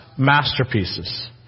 Masterpieces